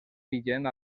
vigent